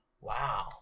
Wow